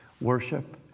Worship